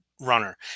runner